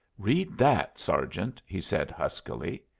read that, sergeant! he said, huskily.